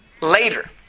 later